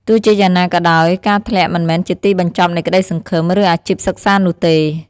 ទោះជាយ៉ាងណាក៏ដោយ ការធ្លាក់មិនមែនជាទីបញ្ចប់នៃក្តីសង្ឃឹម ឬអាជីពសិក្សានោះទេ។